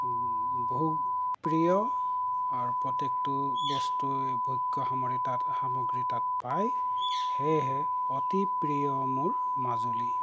বহু প্ৰিয় আৰু প্ৰত্যেকটো বস্তুই উপভোগ্য সামৰি তাত সামগ্ৰী তাত পায় সেয়েহে অতি প্ৰিয় মোৰ মাজুলী